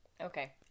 Okay